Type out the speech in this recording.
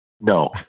No